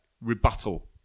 rebuttal